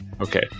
Okay